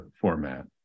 format